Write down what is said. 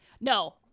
No